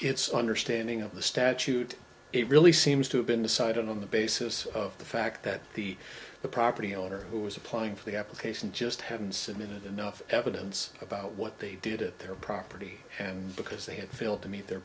its understanding of the statute it really seems to have been decided on the basis of the fact that the the property owner who was applying for the application just haven't submitted enough evidence about what they did at their property and because they had failed to meet their